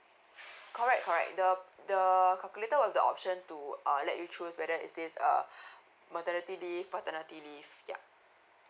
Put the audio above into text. correct correct the the calculator will have the option to uh let you choose whether is this uh maternity leave paternity leave yeah